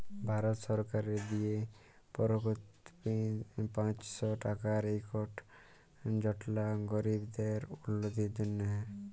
ভারত সরকারের দিয়ে পরকল্পিত পাঁচশ টাকার ইকট যজলা গরিবদের উল্লতির জ্যনহে